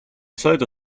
solito